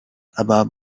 above